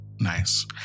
Nice